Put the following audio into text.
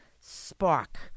spark